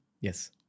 Yes